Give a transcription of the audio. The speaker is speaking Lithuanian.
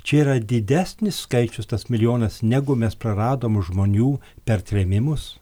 čia yra didesnis skaičius tas milijonas negu mes praradom žmonių per trėmimus